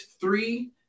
three